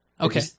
Okay